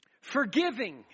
Forgiving